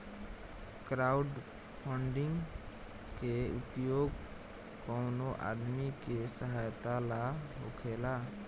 crowdfunding के उपयोग कवनो आदमी के सहायता ला होखेला